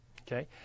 Okay